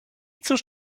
cóż